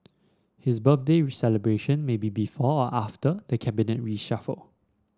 his birthday celebration may be before or after the Cabinet reshuffle